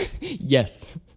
Yes